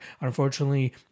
Unfortunately